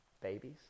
babies